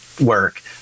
work